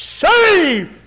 save